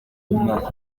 mwanya